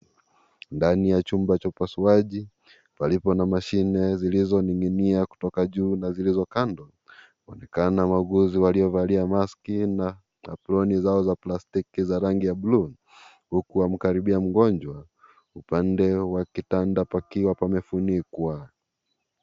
Ndani ya chumba cha upasuaji palipo na mashine zilizoning'inia kutoka juu na zilizo kando, waonekana wauguzi waliovalia maski na aproni zao za plastiki za rangi ya blue huku wakikaribia mgonjwa upande pa kitanda pakiwa pamefunikwa.